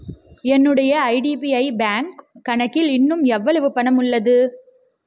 என்னுடைய IDBI bank கணக்கில் இன்னும் எவ்வளவு பணம் உள்ளது